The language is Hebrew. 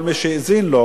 כל מי שהאזין לו,